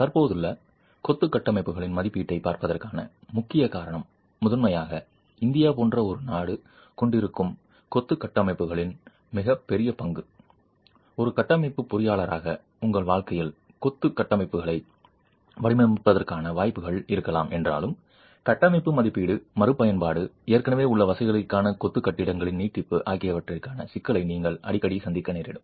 தற்போதுள்ள கொத்து கட்டமைப்புகளின் மதிப்பீட்டைப் பார்ப்பதற்கான முக்கிய காரணம் முதன்மையாக இந்தியா போன்ற ஒரு நாடு கொண்டிருக்கும் இருக்கும் கொத்து கட்டமைப்புகளின் மிகப் பெரிய பங்கு ஒரு கட்டமைப்பு பொறியாளராக உங்கள் வாழ்க்கையில் கொத்து கட்டமைப்புகளை வடிவமைப்பதற்கான வாய்ப்புகள் இருக்கலாம் என்றாலும் கட்டமைப்பு மதிப்பீடு மறுபயன்பாடு ஏற்கனவே உள்ள வசதிகளான கொத்து கட்டிடங்களின் நீட்டிப்பு ஆகியவற்றின் சிக்கலை நீங்கள் அடிக்கடி சந்திக்க நேரிடும்